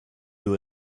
you